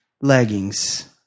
leggings